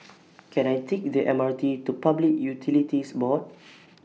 Can I Take The M R T to Public Utilities Board